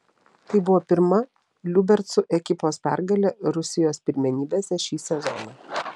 tai buvo pirma liubercų ekipos pergalė rusijos pirmenybėse šį sezoną